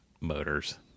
motors